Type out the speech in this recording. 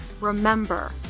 remember